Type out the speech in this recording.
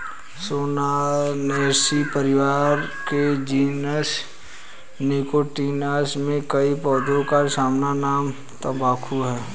Solanaceae परिवार के genus Nicotiana में कई पौधों का सामान्य नाम तंबाकू है